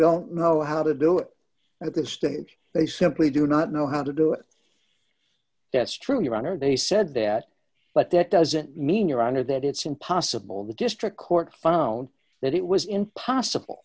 don't know how to do it and at this stage they simply do not know how to do it that's true your honor they said that but that doesn't mean your honor that it's impossible the district court found that it was impossible